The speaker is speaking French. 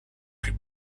plus